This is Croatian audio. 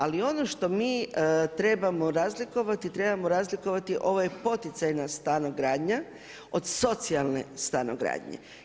Ali ono što mi trebamo razlikovati, trebamo razlikovati ova poticajna stanogradnja od socijalne stanogradnje.